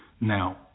Now